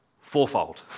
fourfold